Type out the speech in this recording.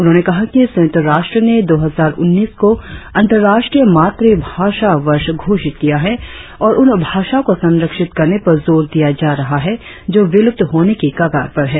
उन्होंने कहा कि संयुक्त राष्ट्र ने दो हजार उन्नीस को अंतर्राष्ट्रीय मातृभाषा वर्ष घोषित किया है और उन भाषाओं को संरक्षित करने पर जोर दिया जा रहा है जो विलुप्त होने की कगार पर हैं